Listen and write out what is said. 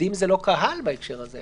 עובדים זה לא קהל בהקשר הזה.